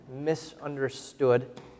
misunderstood